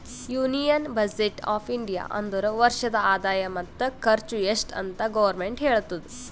union budget of India ಅಂದುರ್ ವರ್ಷದ ಆದಾಯ ಮತ್ತ ಖರ್ಚು ಎಸ್ಟ್ ಅಂತ್ ಗೌರ್ಮೆಂಟ್ ಹೇಳ್ತುದ